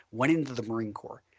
went into the marine corps.